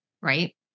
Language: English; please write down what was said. right